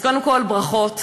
אז קודם כול ברכות,